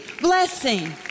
blessing